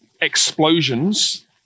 explosions